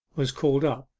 was called up,